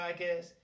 podcast